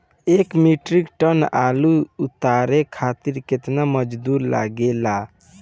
एक metric ton आलू उतारे खातिर केतना मजदूरी लागेला?